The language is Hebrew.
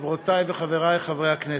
חברותי וחברי חברי הכנסת,